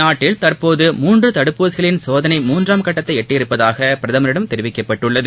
நாட்டில் தற்போது மூன்று தடுப்பூசிகளின் சோதனை மூன்றாம் கட்டத்தை எட்டியுள்ளதாக பிரதமரிடம் தெரிவிக்கப்பட்டுள்ளது